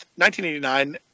1989